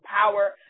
power